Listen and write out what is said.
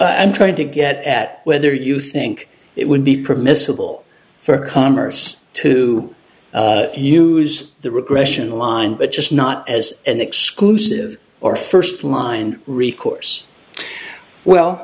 i'm trying to get at whether you think it would be permissible for commerce to use the regression line but just not as an exclusive or first line recourse well